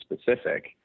specific